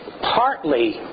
partly